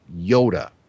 Yoda